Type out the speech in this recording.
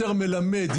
יותר מלמד,